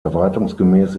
erwartungsgemäß